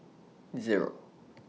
Zero